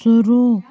शुरू